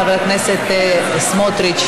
חבר הכנסת סמוטריץ,